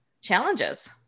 challenges